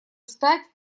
стать